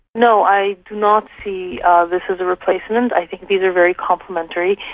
no, i do not see ah this as a replacement, i think these are very complimentary.